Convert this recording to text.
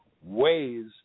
ways